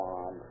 on